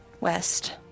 west